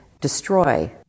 destroy